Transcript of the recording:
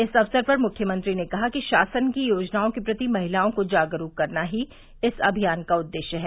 इस अवसर पर मुख्यमंत्री ने कहा कि शासन की योजनाओं के प्रति महिलाओं को जागरूक करना ही इस अभियान का उद्देश्य है